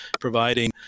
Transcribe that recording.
providing